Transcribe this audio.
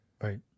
right